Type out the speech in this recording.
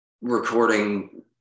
recording